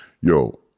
Yo